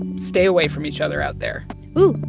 um stay away from each other out there ooh,